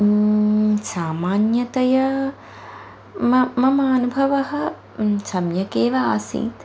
सामान्यतया मम मम अनुभवः सम्यकेव आसीत्